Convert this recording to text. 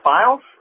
Files